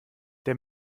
der